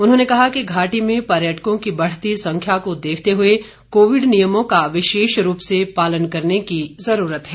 उन्होंने कहा कि घाटी में पर्यटकों की बढ़ती संख्या को देखते हुए कोविड नियमों का विशेष रूप से पालन करने की जरूरत हैं